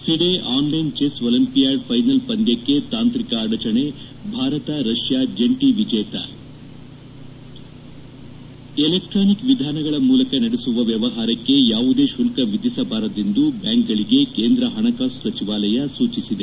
FIDE online chess olympiad final ಪಂದ್ಯಕ್ತೆ ತಾಂತ್ರಿಕ ಅಡಚಣೆ ಭಾರತ ರಷ್ನಾ ಜಂಟಿ ವಿಜೇತ ಎಲೆಕ್ಸಾನಿಕ್ ವಿಧಾನಗಳ ಮೂಲಕ ನಡೆಸುವ ವ್ಯವಹಾರಕ್ಕೆ ಯಾವುದೇ ಶುಲ್ಲ ವಿಧಿಸಬಾರದೆಂದು ಬ್ಯಾಂಕ್ಗಳಿಗೆ ಕೇಂದ್ರ ಹಣಕಾಸು ಸಚಿವಾಲಯ ಸೂಚಿಸಿದೆ